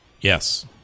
Yes